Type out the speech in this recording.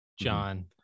John